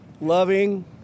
loving